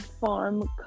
farm